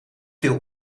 viel